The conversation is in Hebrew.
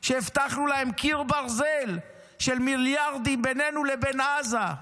שהבטחנו להם קיר ברזל של מיליארדים בינינו לבין עזה?